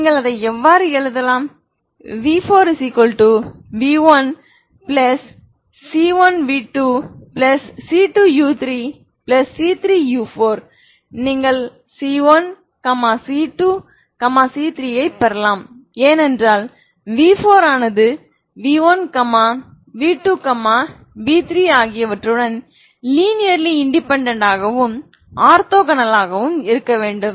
நீங்கள் அதை இவ்வாறு எழுதலாம் v4 v1 c1v2 c2u3 c3u4 நீங்கள் c1 c2 c3 ஐ பெறலாம் ஏனென்றால் v4ஆனது v1 v2 v3 ஆகியவற்றுடன் லீனியர்லி இன்டெபேன்டென்ட் ஆகவும் ஆர்த்தோகோனலாகவும் இருக்க வேண்டும்